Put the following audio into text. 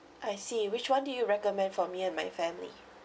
I see which one do you recommend for me and my family